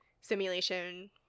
simulation